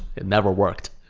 it never worked.